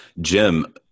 Jim